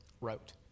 wrote